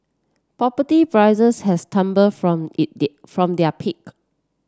property prices have tumbled from it did from their peak